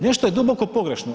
Nešto je duboko pogrešno.